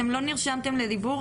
אתם לא נרשמתם לדיבור,